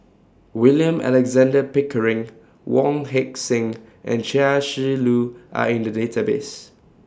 William Alexander Pickering Wong Heck Sing and Chia Shi Lu Are in The Database